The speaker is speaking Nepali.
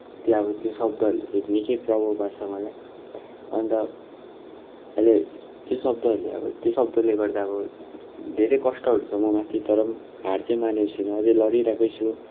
त्यहाँ अब त्यो शब्दहरूले चाहिँ निकै प्रभाव पार्छ मलाई अन्त अहिले त्यो शब्दहरूले अब त्यो शब्दले गर्दा अब धेरै कष्टहरू छ म माथि तर पनि हार चाहिँ मानेको छैन अझै लडिरहेकै छु